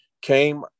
came